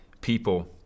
people